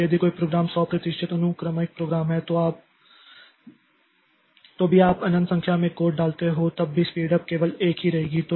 इसलिए यदि कोई प्रोग्राम 100 प्रतिशत अनुक्रमिक प्रोग्राम है तो भी आप अनंत संख्या में कोर डालते हो तब भी स्पीड उप केवल 1 ही रहेगी